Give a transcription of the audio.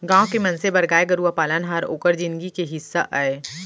गॉँव के मनसे बर गाय गरूवा पालन हर ओकर जिनगी के हिस्सा अय